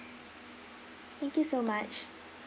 thank you so much